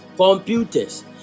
computers